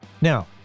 now